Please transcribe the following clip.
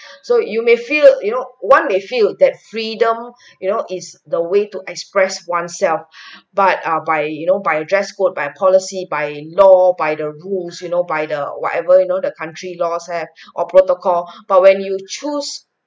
so you may feel you know one may feel that freedom you know is the way to express oneself but are by you know by dress code by policy by law by the rules you know by the whatever you know the country laws have or protocol but when you choose